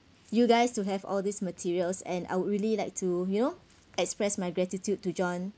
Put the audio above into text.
you guys to have all these materials and I would really like to you know express my gratitude to john